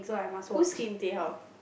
who's Kim Tae Hyung